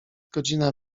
godzina